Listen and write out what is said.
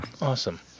Awesome